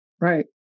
right